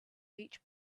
each